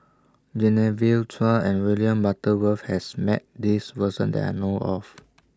Genevieve Chua and William Butterworth has Met This Person that I know of